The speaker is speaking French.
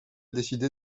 décidé